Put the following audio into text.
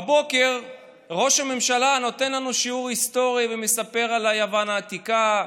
בבוקר ראש הממשלה נותן לנו שיעור היסטורי ומספר על יוון העתיקה,